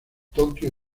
tokyo